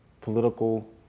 political